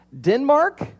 Denmark